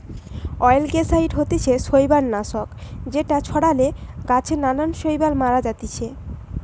অয়েলগেসাইড হতিছে শৈবাল নাশক যেটা ছড়ালে গাছে নানান শৈবাল মারা জাতিছে